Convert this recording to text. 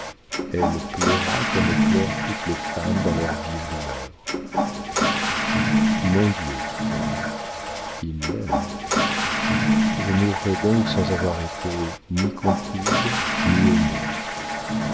elle pleura comme pleurent toutes les femmes dans leurs vives douleurs mon dieu dit-elle il l'aime je mourrai donc sans avoir été ni comprise ni aimée